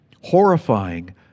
horrifying